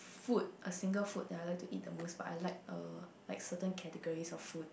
food a single food that I like to eat the most but I like a like certain categories of food